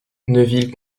neuville